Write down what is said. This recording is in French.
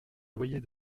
loyer